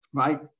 right